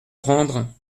prendre